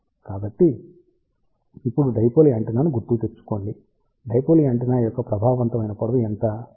కాబట్టి ఇప్పుడు డైపోల్ యాంటెన్నాను గుర్తుకు తెచ్చుకోండి డైపోల్ యాంటెన్నా యొక్క ప్రభావవంతమైన పొడవు ఎంత λ2